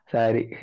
Sorry